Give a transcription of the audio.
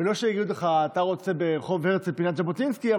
ולא שיגידו לך: אתה רוצה ברחוב הרצל פינת ז'בוטינסקי,